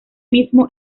mismo